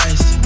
Ice